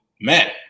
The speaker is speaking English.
man